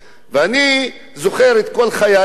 אני זוכר כל חיי שהיו,